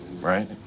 Right